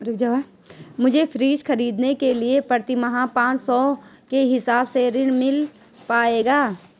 मुझे फ्रीज खरीदने के लिए प्रति माह पाँच सौ के हिसाब से ऋण मिल पाएगा?